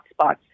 hotspots